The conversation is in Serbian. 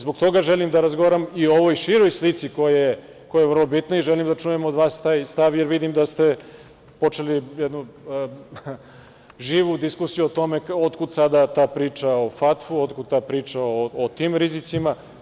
Zbog toga želim da razgovaram i o ovoj široj slici koja je vrlo bitna i želim da čujem od vas taj stavim, jer vidim da ste počeli jednu živu diskusiju o tome otkud sada ta priča o FATF-u, otkud ta priča o tim rizicima.